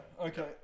okay